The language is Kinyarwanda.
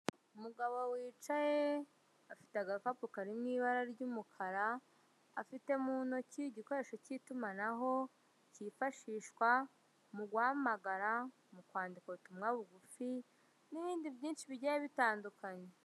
Umugabo wicaye, afite agakapu kari mu ibara ry'umukara, afite mu ntoki igikoresho cy'itumanaho cyifashishwa mu guhamagara, mu kwandika ubutumwa bugufi n'ibindi byinshi bigiye bitandukanye.